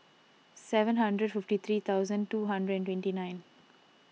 seven hundred fifty three thousand two hundred and twenty nine